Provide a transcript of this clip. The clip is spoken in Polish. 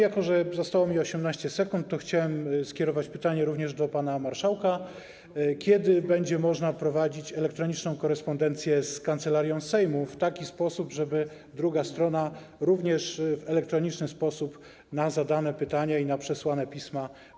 Jako że zostało mi 18 sekund, to chciałem skierować pytanie również do pana marszałka: Kiedy będzie można wprowadzić elektroniczną korespondencję z Kancelarią Sejmu w taki sposób, żeby druga strona również w elektroniczny sposób odpowiadała na zadane pytania i przesłane pisma?